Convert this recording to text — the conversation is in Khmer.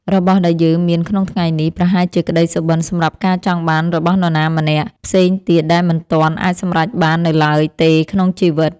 របស់ដែលយើងមានក្នុងថ្ងៃនេះប្រហែលជាក្ដីសុបិនសម្រាប់ការចង់បានរបស់នរណាម្នាក់ផ្សេងទៀតដែលមិនទាន់អាចសម្រេចបាននៅឡើយទេក្នុងជីវិត។